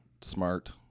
smart